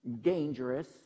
dangerous